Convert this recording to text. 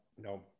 no